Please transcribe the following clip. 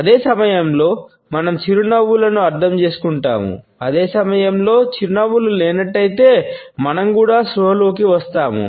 అదే సమయంలో మనం చిరునవ్వులను అర్థం చేసుకుంటాము అదే సమయంలో చిరునవ్వులు లేనట్లయితే మనం కూడా స్పృహలోకి వస్తాము